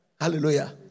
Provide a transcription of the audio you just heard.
Hallelujah